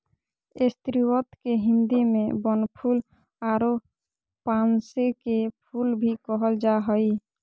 स्रीवत के हिंदी में बनफूल आरो पांसे के फुल भी कहल जा हइ